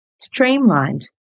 streamlined